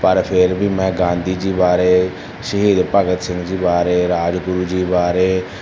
ਪਰ ਫਿਰ ਵੀ ਮੈਂ ਗਾਂਧੀ ਜੀ ਬਾਰੇ ਸ਼ਹੀਦ ਭਗਤ ਸਿੰਘ ਜੀ ਬਾਰੇ ਰਾਜਗੁਰੂ ਜੀ ਬਾਰੇ